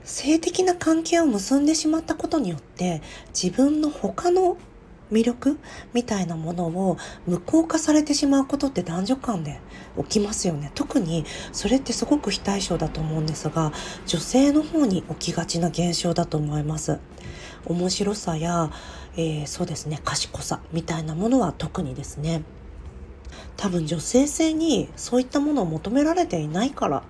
性的な関係を結んでしまったことによって、自分の他の魅力みたいなものを無効化されてしまうことって男女間で起きますよね。特にそれってすごく非対称だと思うんですが、女性の方に起きがちな現象だと思います。面白さや、えー、そうですね、賢さみたいなものは特にですね。多分女性性にそういったものを求められていないから